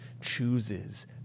chooses